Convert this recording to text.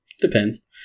depends